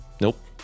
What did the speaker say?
Nope